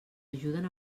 ajuden